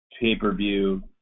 pay-per-view